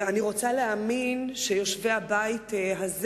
אני רוצה להאמין שיושבי הבית הזה